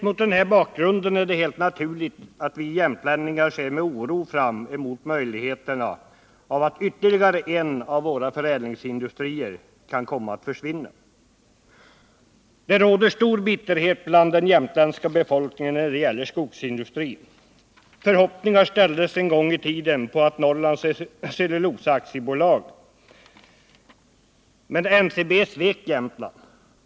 Mot denna bakgrund är det helt naturligt att vi jämtlänningar med oro ser fram emot att ytterligare en av våra förädlingsindustrier kan komma att försvinna. Det råder stor bitterhet bland den jämtländska befolkningen när det gäller skogsindustrin. Förhoppningar ställdes en gång i tiden på Norrlands Skogsägares Cellulosa AB. Men NCB svek Jämtland.